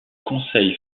conseil